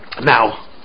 now